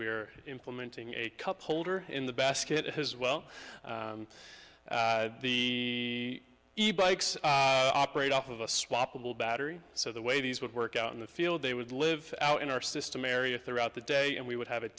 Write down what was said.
we're implementing a cup holder in the basket has well the e books operate off of a swappable battery so the way these would work out in the field they would live out in our system area throughout the day and we would have a